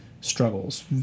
struggles